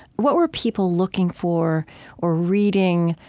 what were people looking for or reading?